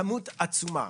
כמות עצומה,